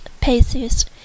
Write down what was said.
paces